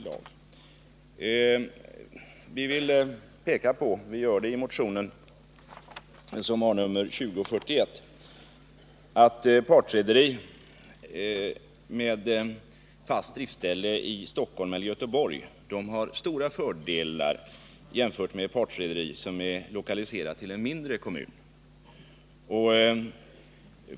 Jag vill peka på det som vi framhåller i motion 2041, att ett partrederi med fast driftställe i Stockholm eller Göteborg har stora fördelar jämfört med ett partrederi som är lokaliserat till en mindre kommun.